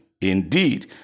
Indeed